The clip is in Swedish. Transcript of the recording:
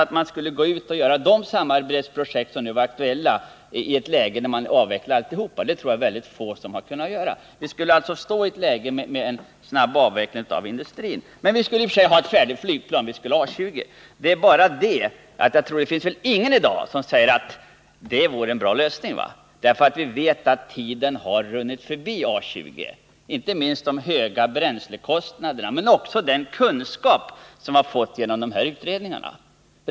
Industrin skulle inte ha de civila samarbetsprojekt som nu är aktuella. Om det här beslutet hade fattats 1977 hade vi alltså i dag haft ett läge med en snabb avveckling av flygindustrin. Vi skulle i och för sig haft ett färdigt flygplan. A 20, men knappast någon kan i dag hävda att detta varit en bra lösning, för vi vet ju att tiden har runnit förbi A 20 inte minst på grund av de höga bränslekostnaderna. Men vi har fått åtskillig ny kunskap genom de utredningar som gjorts.